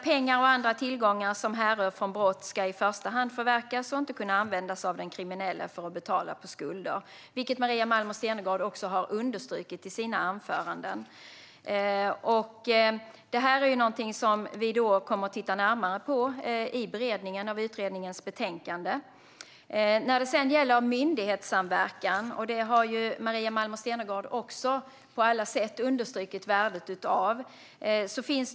Pengar och andra tillgångar som härrör från brott ska i första hand förverkas och inte kunna användas av den kriminelle för att betala skulder, vilket Maria Malmer Stenergard har understrukit i sina anföranden. Vi kommer att titta närmare på dessa frågor i beredningen av utredningens betänkande. Maria Malmer Stenergard har på alla sätt understrukit värdet av att myndigheter samverkar.